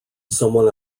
someone